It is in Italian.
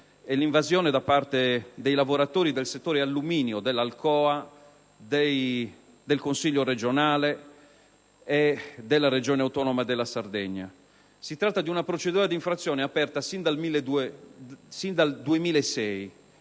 e l'invasione da parte dei lavoratori del settore alluminio dell'ALCOA del Consiglio regionale e della Regione autonoma della Sardegna. Si tratta di una procedura di infrazione aperta sin dal 2006